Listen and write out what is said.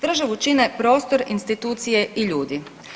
Državu čine prostor, institucije i ljudi.